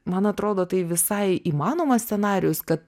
man atrodo tai visai įmanomas scenarijus kad